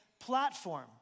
Platform